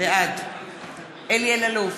בעד אלי אלאלוף,